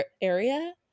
area